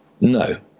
No